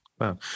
Wow